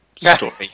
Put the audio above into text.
story